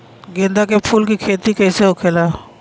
गेंदा के फूल की खेती कैसे होखेला?